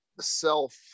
self